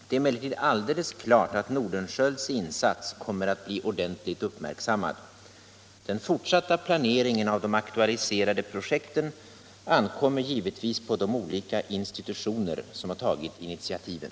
Det är emellertid alldeles klart att Nordenskiölds insats kommer att bli ordentligt uppmärksammad. Den fortsatta planeringen av de aktualiserade projekten ankommer givetvis på de olika institutioner som tagit initiativen.